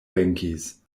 venkis